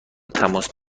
تماس